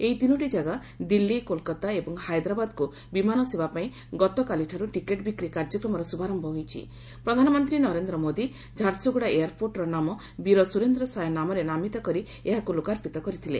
ଏହି ତିନୋଟି ଜାଗା ଦିଲ୍ଲୀ କୋଲକାତା ଏବଂ ହାଇଦ୍ରାବାଦକୁ ବିମାନ ସେବା ପାଇଁ ଗତକାଲିଠାରୁ ଟିକେଟ୍ ବିକ୍ରି କାର୍ଯ୍ୟକ୍ରମର ଶୁଭାର ଝାରସୁଗୁଡ଼ା ଏୟାରପୋର୍ଟର ନାମ ବୀର ସୁରେନ୍ଦ୍ର ସାଏ ନାମରେ ନାମିତ କରି ଏହାକୁ ଲୋକର୍ପିତ କରିଥିଲେ